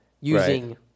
using